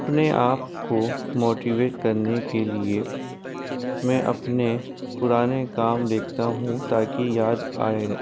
اپنے آپ کو موٹیویٹ کرنے کے لیے میں اپنے پرانے کام دیکھتا ہوں تاکہ یاد آئے